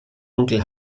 onkel